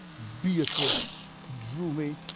beatrice drew me,